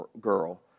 girl